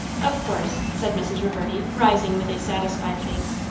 of course! said mrs. reverdy, rising with a satisfied face.